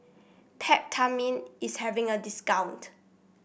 Peptamen is having a discount